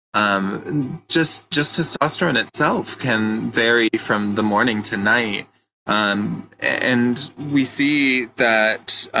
um just just testosterone itself can vary from the morning to night, um and we see that